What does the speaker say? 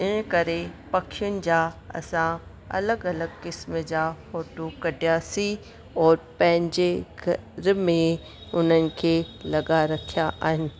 इन करे पखियुनि जा असां अलॻि अलॻि क़िस्म जा फ़ोटू कढियासीं ऐं पंहिंजे घर में उन्हनि खे लॻाए रखिया आहिनि